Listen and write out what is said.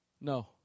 No